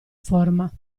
forma